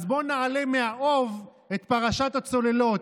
אז בואו נעלה מהאוב את פרשת הצוללות,